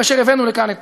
כאשר הבאנו לכאן את